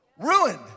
Ruined